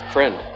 Friend